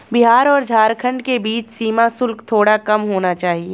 बिहार और झारखंड के बीच सीमा शुल्क थोड़ा कम होना चाहिए